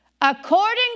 According